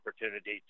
opportunity